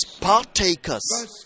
partakers